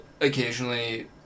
occasionally